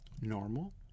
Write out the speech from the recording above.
normal